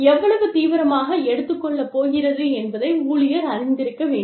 எவ்வளவு தீவிரமாக எடுத்துக் கொள்ளப் போகிறது என்பதை ஊழியர் அறிந்திருக்க வேண்டும்